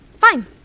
Fine